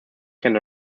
can